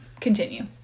Continue